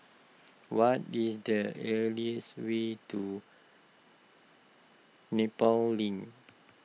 what is the earliest way to Nepal Link